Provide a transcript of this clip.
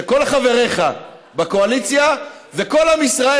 שכל חבריך בקואליציה וכל עם ישראל,